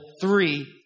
three